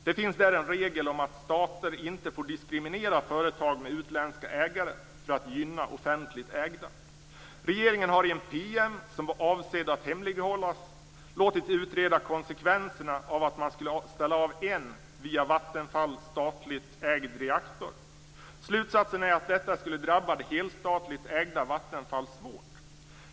Det finns där en regel om att stater inte får diskriminera företag med utländska ägare för att gynna offentligt ägda. Regeringen har i en PM, som var avsedd att hemlighållas, låtit utreda konsekvenserna av att ställa av en via Vattenfall statligt ägd reaktor. Slutsatsen är att detta skulle drabba det helstatligt ägda Vattenfall svårt.